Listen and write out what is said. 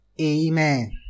Amen